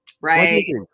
Right